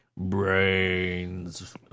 Brains